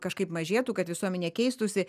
kažkaip mažėtų kad visuomenė keistųsi